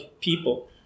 people